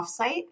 offsite